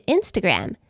Instagram